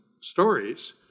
stories